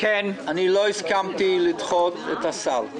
לא הסכמתי לדחות את הסל.